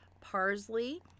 parsley